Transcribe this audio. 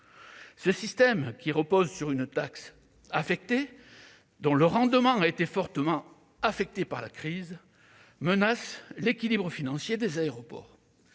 Ce système, qui repose sur une taxe affectée dont le rendement a été fortement minoré par la crise, menace l'équilibre financier des aéroports.